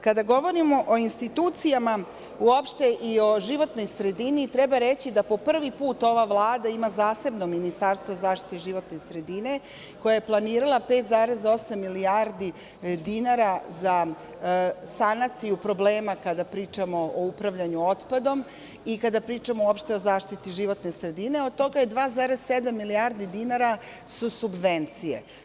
Kada govorimo o institucijama uopšte i o životnoj sredini i treba reći da po prvi put ova Vlada ima zasebno Ministarstvo zaštite životne sredine, koja je planirala 5,8 milijardi dinara za sanaciju problema kada pričamo o upravljanju otpadom i kada pričamo uopšte o zaštiti životne sredine, od toga je 2,7 milijardi dinara su subvencije.